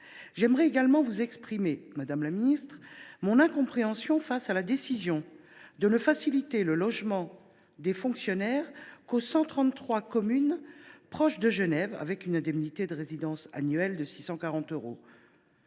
j’aimerais également vous exprimer, madame la secrétaire d’État, mon incompréhension face à la décision de ne faciliter le logement des fonctionnaires que dans les 133 communes proches de Genève, avec une indemnité de résidence annuelle de 640 euros.